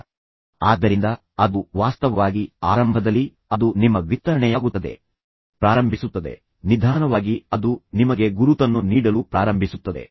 ಆಆದ್ದರಿಂದ ಅದು ವಾಸ್ತವವಾಗಿ ಆರಂಭದಲ್ಲಿ ಅದು ನಿಮ್ಮ ವಿಸ್ತರಣೆಯಾಗುತ್ತದೆ ಆದರೆ ನಿಧಾನವಾಗಿ ಅದು ನಿಮ್ಮನ್ನು ವ್ಯಾಖ್ಯಾನಿಸಲು ಪ್ರಾರಂಭಿಸುತ್ತದೆ ನಿಧಾನವಾಗಿ ಅದು ನಿಮಗೆ ಗುರುತನ್ನು ನೀಡಲು ಪ್ರಾರಂಭಿಸುತ್ತದೆ